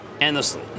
endlessly